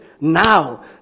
now